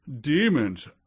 Demons